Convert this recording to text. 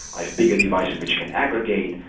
i have bigger devices, which can aggregate.